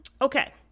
Okay